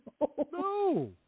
No